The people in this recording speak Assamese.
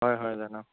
হয় হয় জানো